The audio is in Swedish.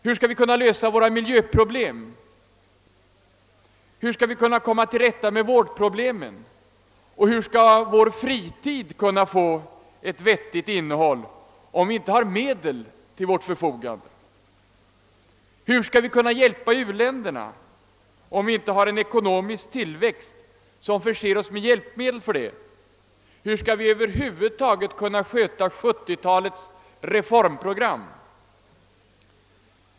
Hur skall vi kunna lösa våra miljöproblem, hur skall vi kunna komma till rätta med vårdproblemen, och hur skall vår fritid kunna få ett vettigt innehåll, om vi inte har tillräckliga me del till vårt förfogande? Hur skall vi kunna hjälpa u-länderna, om inte en ekonomisk tillväxt förser oss med medel att göra det? Hur skall vi över huvud taget kunna förverkliga 1970-talets reformprogram?